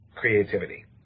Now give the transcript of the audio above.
creativity